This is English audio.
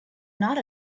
not